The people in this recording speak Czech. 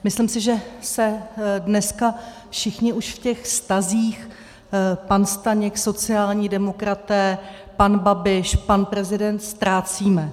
Myslím si, že se dneska všichni už v těch vztazích pan Staněk, sociální demokraté, pan Babiš, pan prezident ztrácíme.